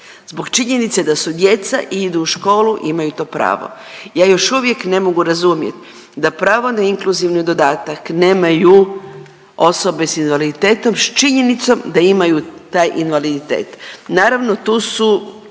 Zbog činjenice da su djeca i idu u školu i imaju to pravo. Ja još uvijek ne mogu razumjet da pravo na inkluzivni dodatak nemaju osobe s invaliditetom s činjenicom da imaju taj invaliditet.